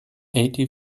eighty